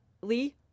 Lee